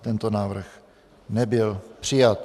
Tento návrh nebyl přijat.